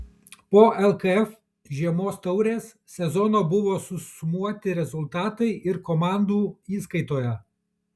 po lkf žiemos taurės sezono buvo susumuoti rezultatai ir komandų įskaitoje